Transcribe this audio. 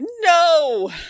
no